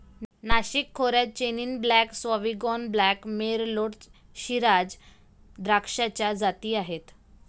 नाशिक खोऱ्यात chenin blanc, sauvignon blanc, merlot, shiraz द्राक्षाच्या जाती आहेत